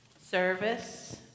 service